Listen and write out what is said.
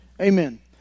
Amen